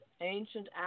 ancient